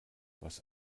was